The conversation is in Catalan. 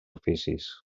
oficis